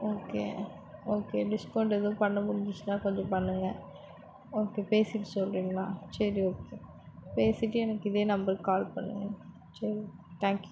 okay okay discount எதுவும் பண்ண முடிஞ்சிச்சுனா கொஞ்சம் பண்ணுங்கள் ஓகே பேசிவிட்டு சொல்கிறீங்களா சரி ஓகே பேசிவிட்டு எனக்கு இதே நம்பருக்கு கால் பண்ணுங்கள் சரி தேங்க்யூ